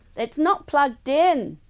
it's not plugged in!